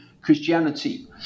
Christianity